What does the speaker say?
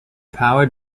powered